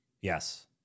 Yes